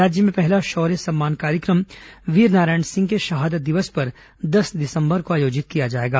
राज्य में पहला शौर्य सम्मान कार्यक्रम वीर नारायण सिंह के शहादत दिवस पर दस दिसंबर को आयोजित किया जाएगा